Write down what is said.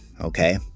Okay